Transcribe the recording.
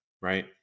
right